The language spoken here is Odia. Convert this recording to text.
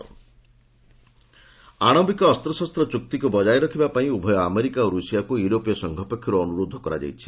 ଇୟୁ ନ୍ୟୁକ୍ଲିଅର୍ ଆଣବିକ ଅସ୍ତ୍ରଶସ୍ତ ଚୁକ୍ତିକୁ ବଜାୟ ରଖିବା ପାଇଁ ଉଭୟ ଆମେରିକା ଓ ରୁଷିଆକୁ ୟୁରୋପୀୟ ସଂଘ ପକ୍ଷରୁ ଅନୁରୋଧ କରାଯାଇଛି